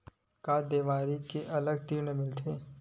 का देवारी के अलग ऋण मिलथे?